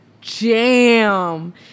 jam